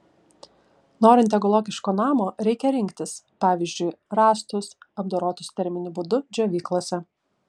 norint ekologiško namo reikia rinktis pavyzdžiui rąstus apdorotus terminiu būdu džiovyklose